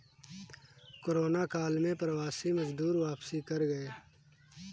corona काल में प्रवासी मजदूर वापसी कर गए